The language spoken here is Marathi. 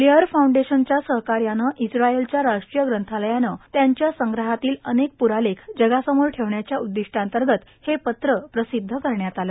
लेयर फाऊंडेशनच्या सहकार्यानं इस्त्रालयच्या राष्ट्रीय ग्रंथालयानं त्यांच्या संग्रहातील अनेक प्ररालेख जगासमोर ठेवण्याच्या उद्दिष्टांतर्गत हे पत्र प्रसिद्ध करण्यात आलं